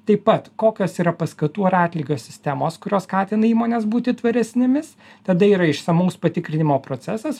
taip pat kokios yra paskatų ar atlygio sistemos kurios skatina įmones būti tvaresnėmis tada yra išsamaus patikrinimo procesas